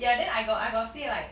ya then I got I got say like